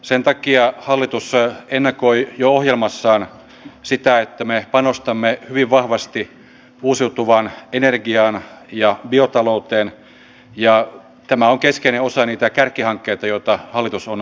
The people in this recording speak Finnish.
sen takia hallitus ja ennakoi jo eduskunta edellyttää että me panostamme ylivahvasti uusiutuvaan energiaan ja biotalouteen ja tämä on keskeinen osa niitä kärkihankkeita joita hallitus on